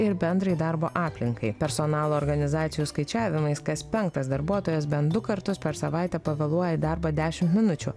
ir bendrai darbo aplinkai personalo organizacijų skaičiavimais kas penktas darbuotojas bent du kartus per savaitę pavėluoja į darbą dešimt minučių